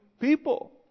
people